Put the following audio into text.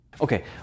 Okay